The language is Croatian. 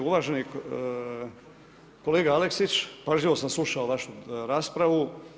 Uvaženi kolega Aleksić, pažljivo sam slušao vašu raspravu.